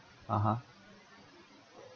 (uh huh)